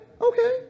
okay